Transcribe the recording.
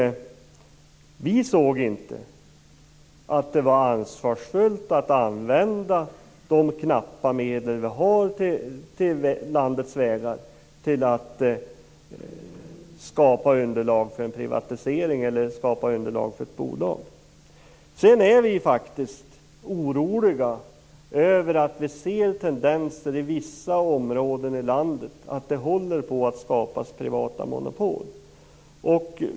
Vi ansåg inte att det var ansvarsfullt att använda de knappa medel vi har till landets vägar till att skapa underlag för en privatiseringen eller ett bolag. Sedan är vi faktiskt oroliga över att vi ser tendenser i vissa områden i landet till att det håller på att skapas privata monopol.